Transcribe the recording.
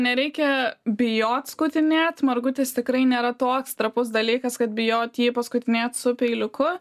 nereikia bijot skutinėt margutis tikrai nėra toks trapus dalykas kad bijot jį paskutinėt su peiliuku